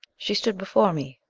she stood before me,